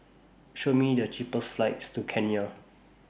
Show Me The cheapest flights to Kenya